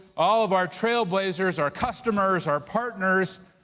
all of our trailblazers, our customers, our partners.